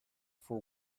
for